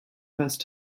first